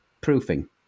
proofing